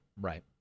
right